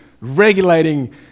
regulating